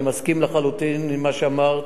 אני מסכים לחלוטין עם מה שאמרת,